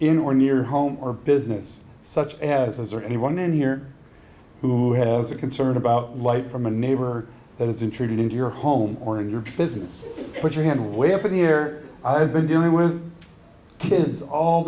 in or near home or business such as or anyone in here who has a concern about light from a neighbor that is intruding into your home or in your business put your hand way up in the air i've been dealing with kids all